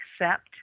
accept